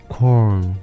Corn